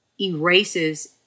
erases